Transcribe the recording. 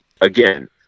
again